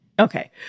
Okay